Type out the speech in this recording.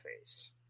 face